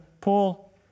Paul